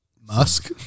Musk